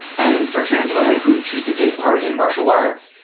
and for trans women who choose to take part in martial arts,